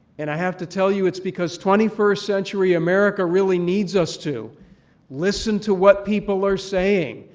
and i have to tell you it's because twenty first century america really needs us to listen to what people are saying,